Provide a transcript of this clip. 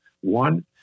One